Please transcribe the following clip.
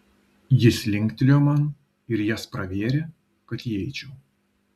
jis linktelėjo man ir jas pravėrė kad įeičiau